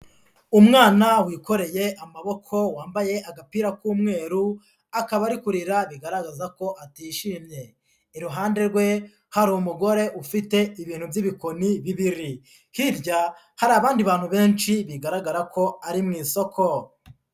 Umwana wikoreye amaboko wambaye agapira k'umweru, akaba ari kurira bigaragaza ko atishimye, iruhande rwe hari umugore ufite ibintu by'ibikoni bibiri, hirya hari abandi bantu benshi bigaragara ko ari mu isoko.